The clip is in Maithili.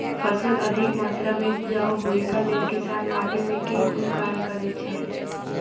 फसल अधिक मात्रा मे उपजाउ होइक लेल किसान माटि मे केँ कुन कार्य करैत छैथ?